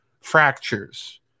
fractures